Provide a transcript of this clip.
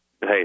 Hey